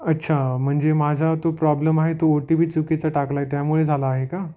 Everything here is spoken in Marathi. अच्छा म्हणजे माझा तो प्रॉब्लम आहे तो ओ टी पी चुकीचा टाकला आहे त्यामुळे झाला आहे का